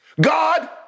God